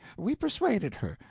we persuaded her,